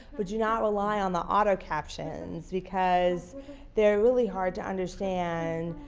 but do not reply on the auto-captions because they really hard to understand,